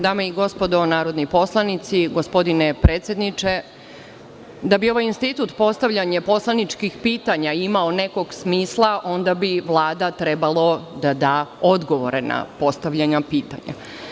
Dame i gospodo narodni poslanici, gospodine predsedniče, da bi ovaj institut postavljanje poslaničkih pitanja imao nekog smisla, onda bi Vlada trebalo da da odgovore na postavljena pitanja.